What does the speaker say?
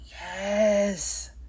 Yes